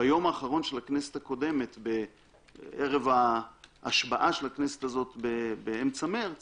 ביום האחרון של הכנסת הקודמת ערב ההשבעה של הכנסת הזו באמצע מרץ